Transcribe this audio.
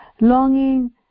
longing